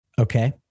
Okay